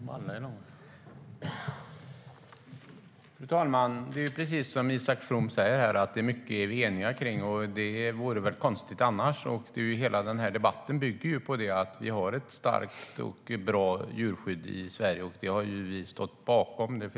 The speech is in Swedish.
Fru talman! Det är precis som Isak From säger här: Mycket är vi eniga om. Och det vore väl konstigt annars. Hela denna debatt bygger på att vi har ett starkt och bra djurskydd i Sverige. Det har vi stått bakom.